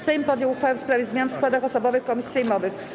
Sejm podjął uchwałę w sprawie zmian w składach osobowych komisji sejmowych.